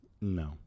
No